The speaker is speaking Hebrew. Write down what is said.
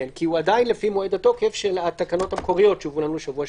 כי זה עדיין לפי מועד התוקף של התקנות המקוריות של השבוע שעבר.